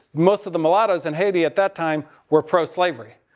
most of the mulattos in haiti, at that time were pro slavery.